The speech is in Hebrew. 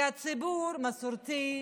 כי הציבור המסורתי,